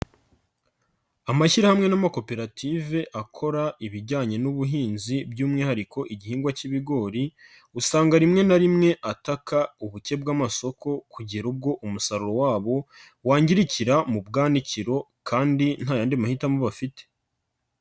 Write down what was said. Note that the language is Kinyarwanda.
Amashyirahamwe n'amakoperative akora ibijyanye n'ubuhinzi by'umwihariko igihingwa cy'ibigori, usanga rimwe na rimwe ataka ubuke bw'amasoko kugera ubwo umusaruro wabo wangirikira mu bwanwanikiro kandi nta yandi mahitamo bafite.